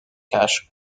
cash